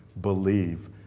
believe